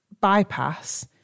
bypass